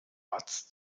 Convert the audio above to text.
watts